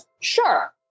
Sure